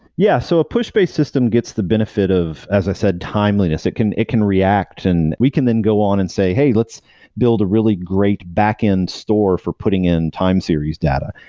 yeah, so a push based system gets the benefit of as i said timeliness. it can it can react and we can then go on and say, hey, let's build a really great back-end store for putting in time series data.